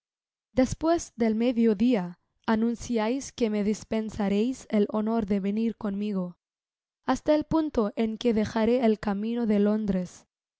despues del medio dia anunciais que me dispensaréis el honor de venir conmigo hasta el punto en que dejaré el camino de londres